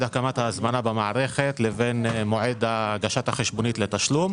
הקמת ההזמנה במערכת למועד הגשת החשבונית לתשלום.